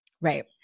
Right